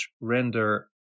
render